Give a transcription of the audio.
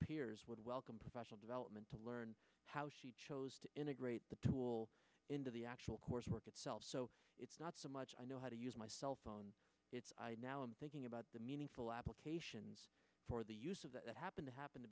peers would welcome professional development to learn how she chose to integrate the tool into the actual coursework itself so it's not so much i know how to use my cell phone it's now i'm thinking about the meaningful applications for the use of that happen to happen to